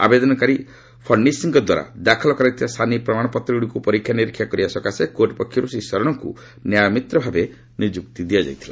ଆବେଦନକାରୀ ଫଡ଼ନିସ୍ଙ୍କଦ୍ୱାରା ଦାଖଲ କରାଯାଇଥିବା ସାନି ପ୍ରମାଣପତ୍ରଗୁଡ଼ିକୁ ପରୀକ୍ଷା ନିରୀକ୍ଷା କରିବାପାଇଁ କୋର୍ଟ ପକ୍ଷରୁ ଶ୍ରୀ ଶରଣଙ୍କୁ ନ୍ୟାୟମିତ୍ ଭାବେ ନିଯୁକ୍ତି ଦିଆଯାଇଥିଲା